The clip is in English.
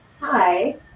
Hi